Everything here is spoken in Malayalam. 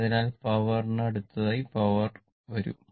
അതിനാൽ പവർ ന് അടുത്തായി പവർ വരും